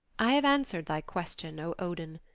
i have answered thy question, o odin.